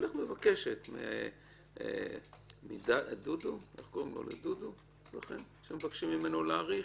היא מבקשת מדודו איך קוראים אצלכם למי שמבקשים ממנו להאריך?